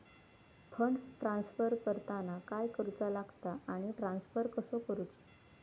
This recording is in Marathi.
फंड ट्रान्स्फर करताना काय करुचा लगता आनी ट्रान्स्फर कसो करूचो?